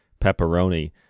pepperoni